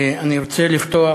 אני רוצה לפתוח